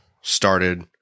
started